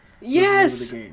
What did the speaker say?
Yes